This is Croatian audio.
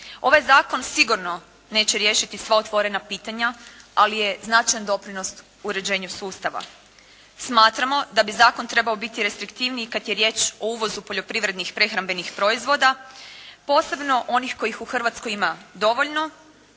Ovaj Zakon sigurno neće riješiti sva otvorena pitanja ali je značajan doprinos uređenju sustava. Smatramo da bi zakon trebao biti restriktivniji kad je riječ o uvozu poljoprivrednih, prehrambenih proizvoda posebno onih kojih u Hrvatskoj ima dovoljno